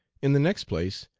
in the next place,